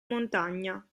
montagna